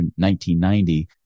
1990